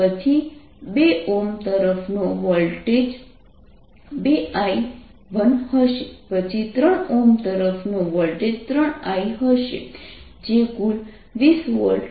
પછી 2 તરફનો voltage 2I1 હશે પછી 3 તરફનો વોલ્ટેજ 3I હશે જે કુલ 20 વોલ્ટ છે